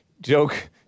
joke